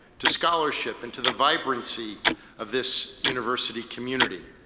to scholarship and to the vibrancy of this university community.